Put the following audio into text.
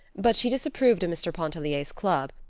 but she disapproved of mr. pontellier's club,